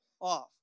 off